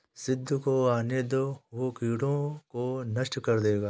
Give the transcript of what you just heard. गिद्ध को आने दो, वो कीड़ों को नष्ट कर देगा